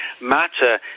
matter